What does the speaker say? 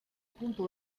punto